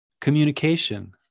communication